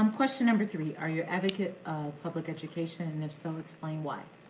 um question number three. are you a advocate of public education, and if so, explain why?